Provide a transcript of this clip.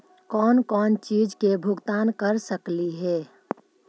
कौन कौन चिज के भुगतान कर सकली हे?